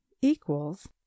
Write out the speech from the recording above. equals